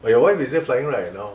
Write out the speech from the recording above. but your wife is still flying right now